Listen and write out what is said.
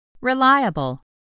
Reliable